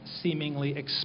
seemingly